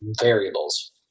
variables